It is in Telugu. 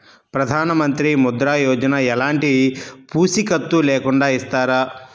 ప్రధానమంత్రి ముద్ర యోజన ఎలాంటి పూసికత్తు లేకుండా ఇస్తారా?